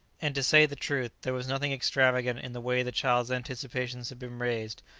and to say the truth, there was nothing extravagant in the way the child's anticipations had been raised,